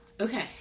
okay